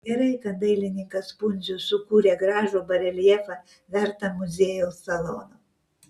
gerai kad dailininkas pundzius sukūrė gražų bareljefą vertą muziejaus salono